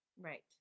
right